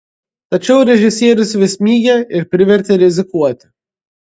tačiau režisierius vis mygė ir privertė rizikuoti